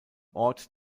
ort